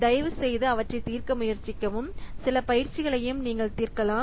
தயவுசெய்து அவற்றைத் தீர்க்க முயற்சிக்கவும் சில பயிற்சிகளையும் நீங்கள் தீர்க்கலாம்